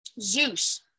Zeus